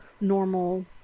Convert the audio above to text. normal